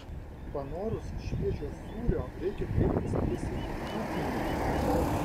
panorus šviežio sūrio reikia kreiptis tiesiai į ūkininkus